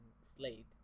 Slade